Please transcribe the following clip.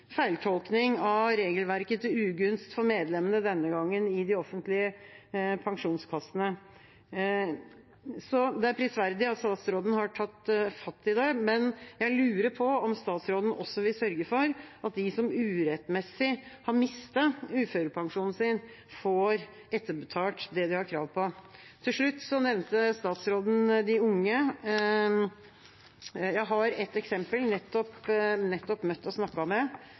feiltolkning av regelverket til ugunst for medlemmene, denne gangen i de offentlige pensjonskassene. Det er prisverdig at statsråden har tatt fatt i det, men jeg lurer på om statsråden også vil sørge for at de som urettmessig har mistet uførepensjonen sin, får etterbetalt det de har krav på. Til slutt nevnte statsråden de unge. Jeg har et eksempel. Jeg har nettopp møtt og snakket med